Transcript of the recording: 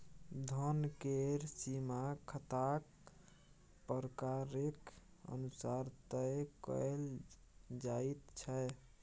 धन केर सीमा खाताक प्रकारेक अनुसार तय कएल जाइत छै